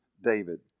David